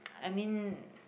I mean